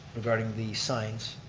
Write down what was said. regarding the signs.